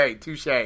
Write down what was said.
Touche